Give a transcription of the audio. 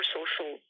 social